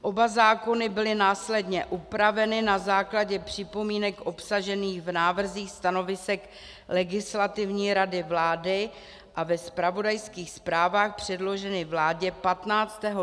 Oba zákony byly následně upraveny na základě připomínek obsažených v návrzích stanovisek Legislativní rady vlády a ve zpravodajských zprávách předloženy vládě 15. dubna 2019.